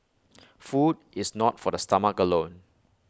food is not for the stomach alone